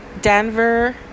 Denver